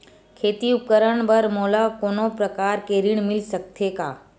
खेती उपकरण बर मोला कोनो प्रकार के ऋण मिल सकथे का?